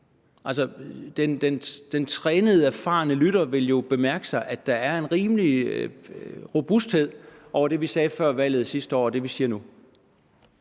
Den trænede og erfarne lytter vil jo notere sig, at der er en rimelig robusthed over det, vi sagde før valget sidste år, for det er det